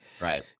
Right